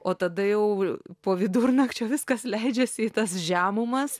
o tada jau po vidurnakčio viskas leidžiasi į tas žemumas